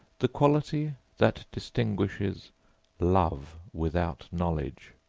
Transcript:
the quality that distinguishes love without knowledge.